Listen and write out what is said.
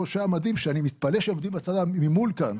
לובשי המדים שאני מתפלא שהם עומדים ממול כאן,